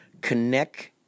Connect